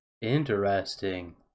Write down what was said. Interesting